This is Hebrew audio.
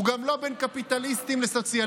הוא גם לא בין קפיטליסטים לסוציאליסטים,